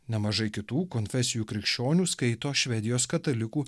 nemažai kitų konfesijų krikščionių skaito švedijos katalikų